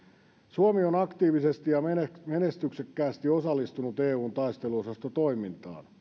suomi on aktiivisesti ja menestyksekkäästi osallistunut eun taisteluosastotoimintaan